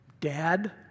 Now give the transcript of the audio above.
dad